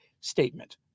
statement